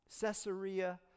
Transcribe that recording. Caesarea